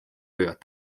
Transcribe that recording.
võivad